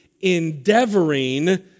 endeavoring